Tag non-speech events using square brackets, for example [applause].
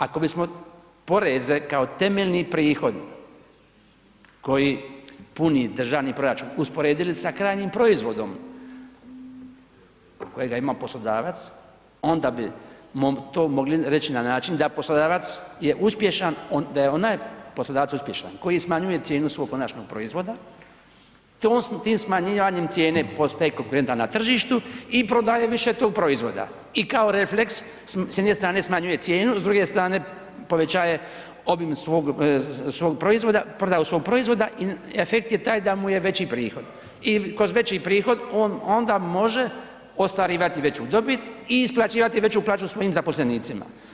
Ako bismo poreze kao temeljni prihodi koji puni državni proračun usporedili sa krajnjim proizvodom, kojega ima poslodavac, onda bi mogli, to mogli reći na način da poslodavac je uspješan, da je onaj poslodavac uspješan koji smanjuje cijenu svog konačnog proizvoda tim smanjivanjem cijene ... [unintelligible] na tržištu i prodaje više tog proizvoda i kao refleks, s jedne smanjuje cijenu, s druge strane povećaje obim svog proizvoda, prodaju svog proizvoda i efekt je taj da mu je veći prihod i kroz veći prihod on onda može ostvarivati veću dobit i isplaćivati veću plaću svojim zaposlenicima.